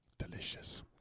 Delicious